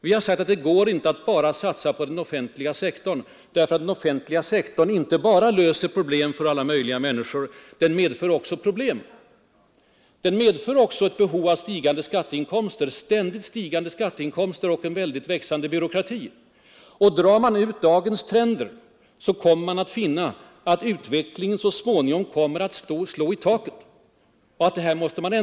Vi har sagt att det inte går att bara satsa på den offentliga sektorn, därför att den offentliga sektorn inte enbart löser problem för alla möjliga människor, utan också medför problem. Den medför också ett behov av ständigt stigande skatteinkomster och en växande byråkrati. Drar man ut dagens trender kommer man att finna att utvecklingen så småningom kommer att slå i taket.